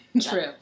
True